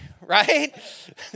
right